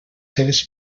seves